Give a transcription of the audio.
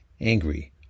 angry